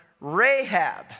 Rahab